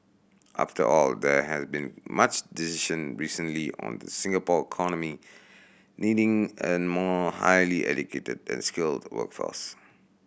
after all there has been much decision recently on the Singapore economy needing a more highly educated and skilled workforce